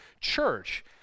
church